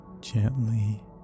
gently